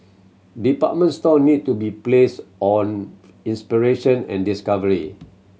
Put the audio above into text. department store need to be place on inspiration and discovery